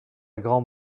grand